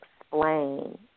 explain